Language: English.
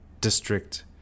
district